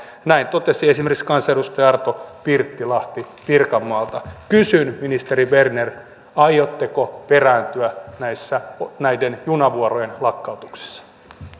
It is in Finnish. näin totesi esimerkiksi kansanedustaja arto pirttilahti pirkanmaalta kysyn ministeri berner aiotteko perääntyä näiden junavuorojen lakkautuksessa